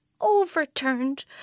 overturned